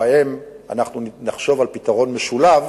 שבהם אנחנו נחשוב על פתרון משולב,